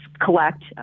collect